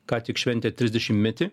ką tik šventė trisdešimtmetį